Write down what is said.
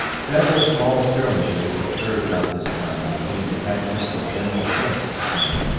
several small skirmishes occurred about this time between detachments of general schenck's command,